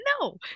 no